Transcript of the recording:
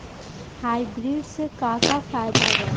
Hybrid से का का फायदा बा?